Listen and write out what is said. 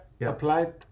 applied